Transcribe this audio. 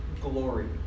glory